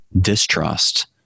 distrust